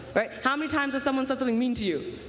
how many times has someone said something mean to you?